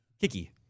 Kiki